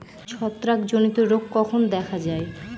ছত্রাক জনিত রোগ কখন দেখা য়ায়?